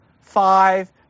five